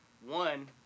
One